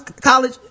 college